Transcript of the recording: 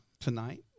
tonight